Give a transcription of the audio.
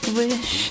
wish